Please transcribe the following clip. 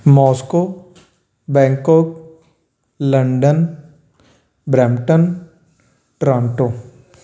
Moscow Bangkok London Brampton Toronto